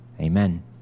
amen